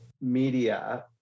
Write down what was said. media